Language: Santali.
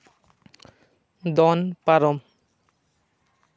ᱫᱚᱱ ᱯᱟᱨᱚᱢ